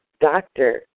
doctor